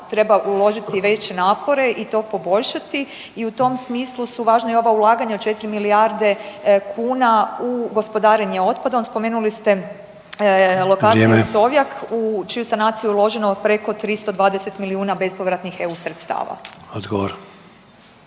treba uložiti veće napore i to poboljšati i u tom smislu su važna i ova ulaganja od 4 milijarde kuna u gospodarenje otpadom. Spomenuli ste lokaciju Sovjak u čiju je sanaciju uloženo preko 320 milijuna bespovratnih EU sredstava.